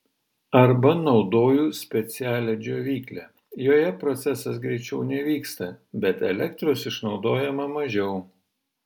arba naudoju specialią džiovyklę joje procesas greičiau nevyksta bet elektros išnaudojama mažiau